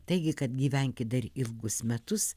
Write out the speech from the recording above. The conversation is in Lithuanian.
taigi kad gyvenkit dar ilgus metus